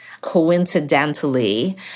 Coincidentally